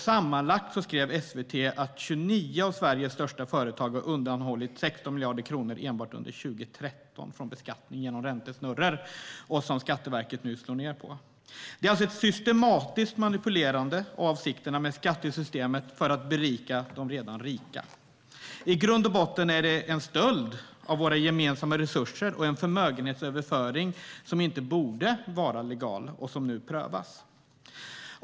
SVT skrev att 29 av Sveriges största företag undanhöll sammanlagt 16 miljarder kronor från beskattning genom räntesnurror enbart under 2013. Detta slår Skatteverket nu ned på. Det är alltså ett systematiskt manipulerande av avsikterna med skattesystemet för att berika de redan rika. I grund och botten är det en stöld av våra gemensamma resurser och en förmögenhetsöverföring som inte borde vara legal och som nu prövas.